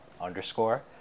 underscore